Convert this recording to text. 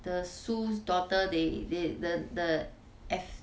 the daughter they they the the F